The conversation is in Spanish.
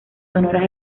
sonoras